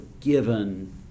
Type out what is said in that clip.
given